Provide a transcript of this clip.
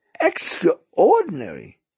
extraordinary